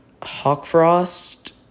Hawkfrost